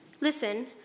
Listen